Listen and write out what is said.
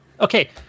Okay